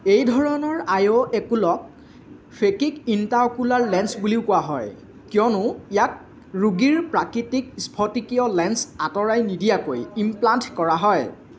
এই ধৰণৰ I O একোলক ফেকিক ইন্ট্ৰাঅকুলাৰ লেন্স বুলিও কোৱা হয় কিয়নো ইয়াক ৰোগীৰ প্ৰাকৃতিক স্ফটিকীয় লেন্স আঁতৰাই নিদিয়াকৈ ইমপ্লাণ্ট কৰা হয়